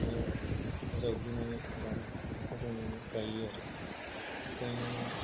हायाव हा जावग्लिनानै आराम हाख'र जावनानै गायो आरो गायनानै